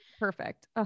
Perfect